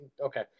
okay